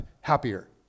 happier